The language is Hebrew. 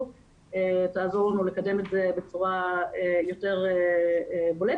תעזור לנו לקדם את זה בצורה יותר בולטת.